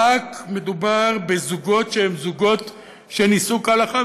ומדובר רק בזוגות שהם זוגות שנישאו כהלכה,